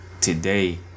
today